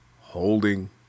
holding